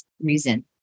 reason